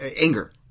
Anger